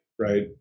right